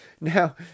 now